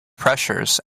pressures